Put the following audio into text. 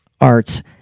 arts